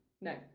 no